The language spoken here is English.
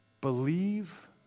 Believe